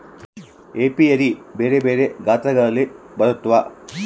apiary ಬೆರೆ ಬೆರೆ ಗಾತ್ರಗಳಲ್ಲಿ ಬರುತ್ವ